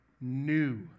new